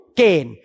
gain